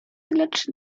lecz